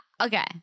Okay